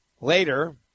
Later